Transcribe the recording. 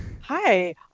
Hi